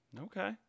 Okay